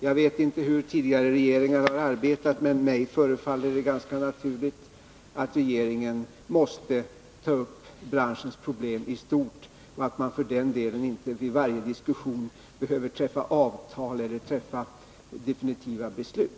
Jag vet inte hur tidigare regeringar har arbetat, men mig förefaller det ganska naturligt att regeringen måste ta upp branschens problem i stort och att man inte vid varje diskussion behöver träffa avtal eller fatta definitiva beslut.